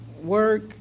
work